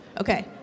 Okay